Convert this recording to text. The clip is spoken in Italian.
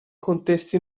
contesti